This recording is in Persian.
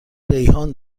ریحان